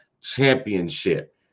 Championship